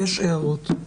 יש הערות?